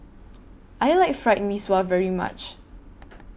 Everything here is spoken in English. I like Fried Mee Sua very much